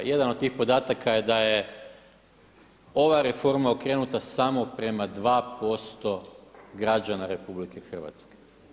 Jedan od tih podataka je da je ova reforma okrenuta samo prema 2% građana RH.